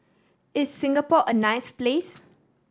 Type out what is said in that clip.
is Singapore a nice place